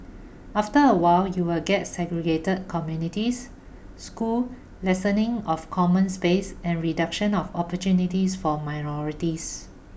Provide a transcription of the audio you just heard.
after a while you will get segregated communities schools lessoning of common space and reduction of opportunities for minorities